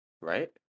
right